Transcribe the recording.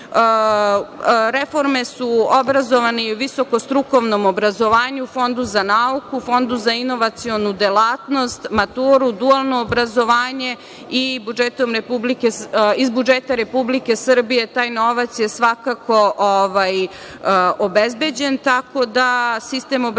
školama. Reforme su obrazovani, visoko strukovnom obrazovanju, Fondu za nauku, Fondu za inovacionu delatnost, maturu, dualno obrazovanje iz budžeta Republike Srbije taj novac je svakako obezbeđen, tako da je sistem obrazovanja